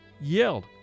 yelled